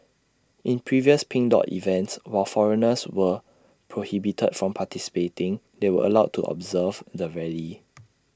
in previous pink dot events while foreigners were prohibited from participating they were allowed to observe the rally